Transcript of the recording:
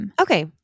Okay